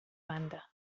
banda